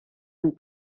und